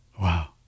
Wow